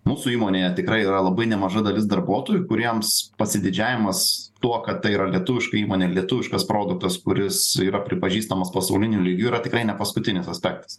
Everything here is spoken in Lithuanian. mūsų įmonėje tikrai yra labai nemaža dalis darbuotojų kuriems pasididžiavimas tuo kad tai yra lietuviška įmonė lietuviškas produktas kuris yra pripažįstamas pasauliniu lygiu yra tikrai ne paskutinis aspektas